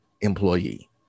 employee